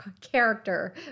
character